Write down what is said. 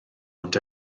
ond